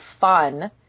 fun